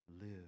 live